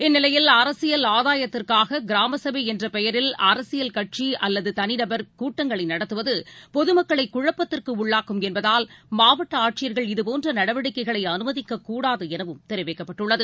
இந்நிலையில் அரசியல் ஆதாயத்திற்காக கிராமசபை என்ற பெயரில் அரசியல் கட்சி அல்லது தனிநபர் கூட்டங்களை நடத்துவது பொதுமக்களை குழப்பத்திற்கு உள்ளாக்கும் என்பதால் மாவட்ட ஆட்சியர்கள் இதுபோன்ற நடவடிக்கைகளை அனுமதிக்கக்கூடாது எனவும் தெரிவிக்கப்பட்டுள்ளது